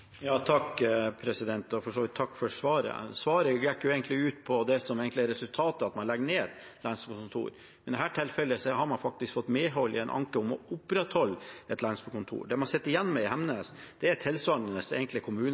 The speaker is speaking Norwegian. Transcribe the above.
Takk for svaret. Spørsmålet gikk egentlig på det som er resultatet, at man legger ned lensmannskontor. I dette tilfellet har man faktisk fått medhold i en anke om å opprettholde et lensmannskontor. Det man sitter igjen med i Hemnes, er egentlig tilsvarende